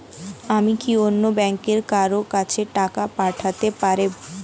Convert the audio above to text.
আমি কি অন্য ব্যাংকের কারো কাছে টাকা পাঠাতে পারেব?